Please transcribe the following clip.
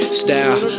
style